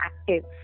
active